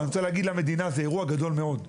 אני רוצה להגיד למדינה, זה אירוע גדול מאוד.